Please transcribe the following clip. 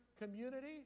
community